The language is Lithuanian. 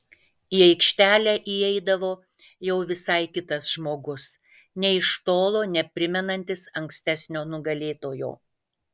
į aikštelę įeidavo jau visai kitas žmogus nė iš tolo neprimenantis ankstesnio nugalėtojo